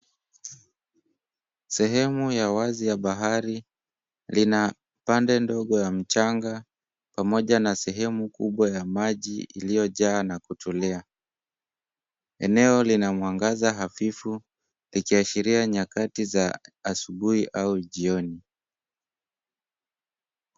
Sehemu ya wazi ya bahari lina pande ndogo ya mchanga pamoja na sehemu kubwa ya maji iliyojaa na kutulia. Eneo lina mwangaza hafifu ikiashiria nyakati za asubuhi au jioni.